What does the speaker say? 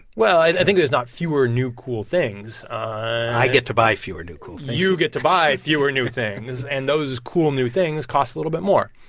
well, i think there's not fewer new cool things i get to buy fewer new cool things you get to buy fewer new things. and those cool new things cost a little bit more.